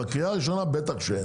בקריאה הראשונה בטח שאין.